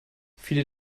viele